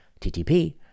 TTP